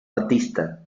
artista